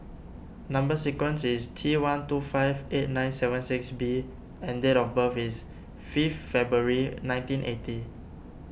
Number Sequence is T one two five eight nine seven six B and date of birth is fifth February nineteen eighty